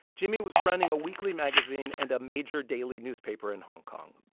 jimmy was running a weekly magazine and a major daily newspaper in hong kong.